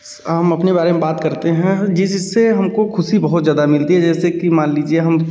हम अपनी बारे में बात करते हैं जिस चीज़ से हमको खुशी बहुत ज़्यादा मिलती है जैसे कि मान लीजिए हम